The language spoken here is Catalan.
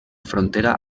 frontera